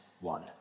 one